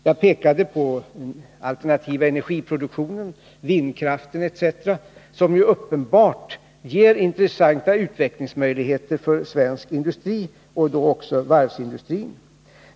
Jag pekade också på den alternativa energiproduktionen, dvs. vindkraften etc., som ju uppenbart ger intressanta utvecklingsmöjligheter 23 för svensk industri och då också varvsindustrin.